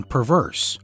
Perverse